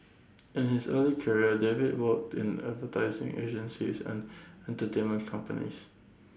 in his early career David worked in advertising agencies and entertainment companies